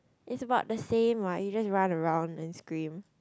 it's about the same what you just run around and scream